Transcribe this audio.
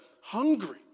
hungry